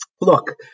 look